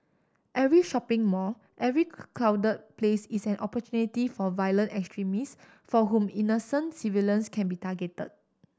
every shopping mall every crowded place is an opportunity for violent extremist for whom innocent civilians can be targeted